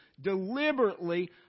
deliberately